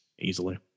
easily